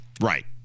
Right